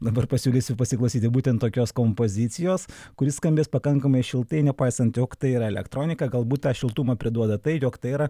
dabar pasiūlysiu pasiklausyti būtent tokios kompozicijos kuri skambės pakankamai šiltai nepaisant jog tai yra elektronika gal būt tą šiltumą priduoda tai jog tai yra